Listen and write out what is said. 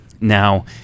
Now